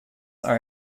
are